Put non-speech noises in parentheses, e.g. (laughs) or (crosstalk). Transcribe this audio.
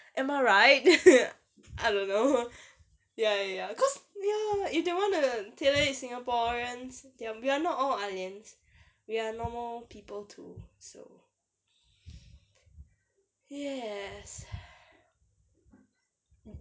am I right (laughs) I don't know ya ya ya cause ya you don't want to singaporeans that we are not all ah lians we are normal people too so yes